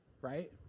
right